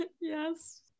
yes